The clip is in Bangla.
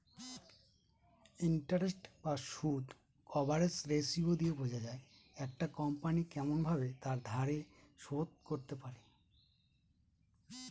ইন্টারেস্ট বা সুদ কভারেজ রেসিও দিয়ে বোঝা যায় একটা কোম্পনি কেমন ভাবে তার ধার শোধ করতে পারে